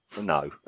No